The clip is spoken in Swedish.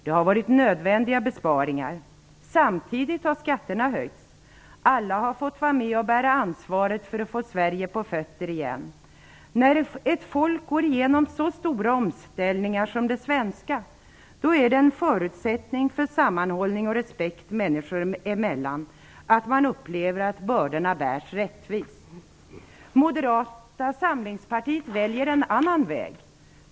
Det har varit nödvändiga besparingar. Samtidigt har skatterna höjts. Alla har fått vara med om att bära ansvaret för att få Sverige på fötter igen. När ett folk går igenom så stora omställningar som det svenska är det en förutsättning för sammanhållning och respekt människor emellan att man upplever att bördorna bärs rättvist. Moderata samlingspartiet väljer en annan väg.